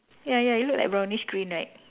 ya ya it look like brownish green right